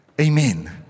Amen